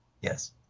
Yes